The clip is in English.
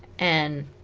and